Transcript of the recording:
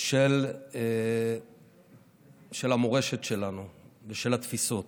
של המורשת שלנו ושל התפיסות.